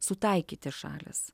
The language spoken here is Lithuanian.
sutaikyti šalys